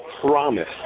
promise